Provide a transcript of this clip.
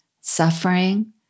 suffering